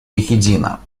едина